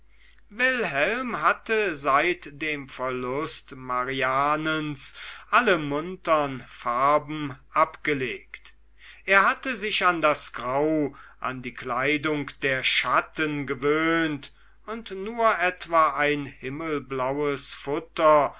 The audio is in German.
wilhelm hatte seit dem verlust marianens alle muntern farben abgelegt er hatte sich an das grau an die kleidung der schatten gewöhnt und nur etwa ein himmelblaues futter